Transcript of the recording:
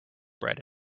bread